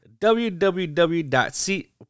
www.c